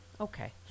Okay